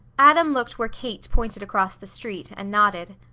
adam looked where kate pointed across the street, and nodded.